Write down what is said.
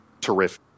terrific